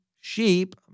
Sheep